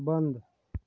बन्द